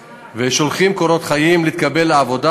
הם שולחים קורות חיים כדי להתקבל לעבודה